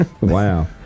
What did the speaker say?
Wow